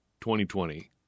2020